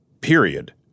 period